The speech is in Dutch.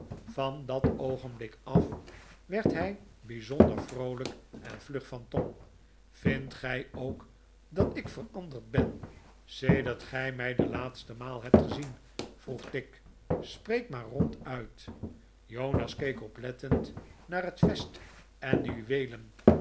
van dat oogenblik af werd hij bijzonder vroolijk en vlug van tong vindt gij ook dat ik veranderd ben sedert gij mij de laatste maal hebt gezien vroeg tigg spreek maar ronduit jonas keek oplettend naar het vest en de juweelen